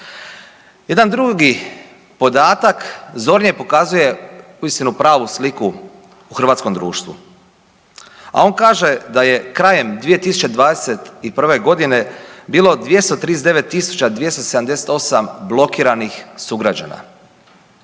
Jedan drugi podatak zornije pokazuje uistinu pravu sliku u hrvatskom društvu, a on kaže da je krajem 2021. godine bilo 239278 blokiranih sugrađana